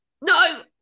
no